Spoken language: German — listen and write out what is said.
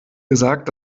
gesagt